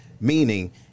Meaning